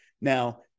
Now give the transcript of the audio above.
Now